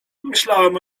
myślałam